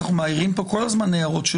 אנחנו מעירים פה כל הזמן הערות.